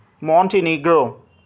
Montenegro